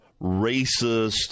racist